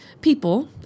People